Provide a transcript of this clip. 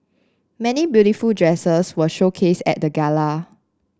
many beautiful dresses were showcased at the gala